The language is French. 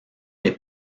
les